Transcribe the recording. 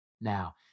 Now